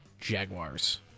Jaguars